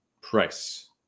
price